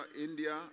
India